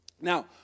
Now